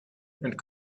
and